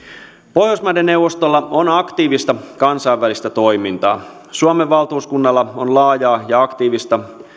pohjoismaiden neuvostolla on aktiivista kansainvälistä toimintaa suomen valtuuskunnalla on laajaa ja aktiivista